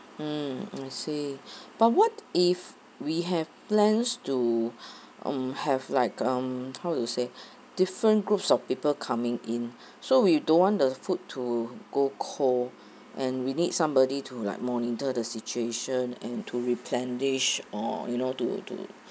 mm I see but what if we have plans to um have like um how to say different groups of people coming in so we don't want the food to go cold and we need somebody to like monitor the situation and to replenish or you know to to